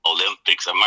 Olympics